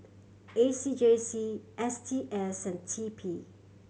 A C J C S T S and T P